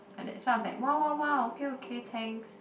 and that's why was like wow wow wow okay okay thanks